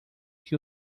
que